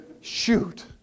Shoot